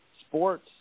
sports